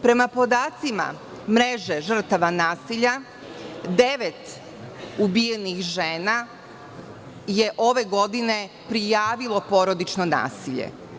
Prema podacima mreže žrtava nasilja, devet ubijenih žena je ove godine prijavilo porodično nasilje.